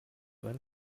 well